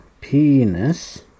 penis